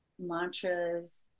mantras